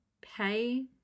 pay